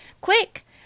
QUICK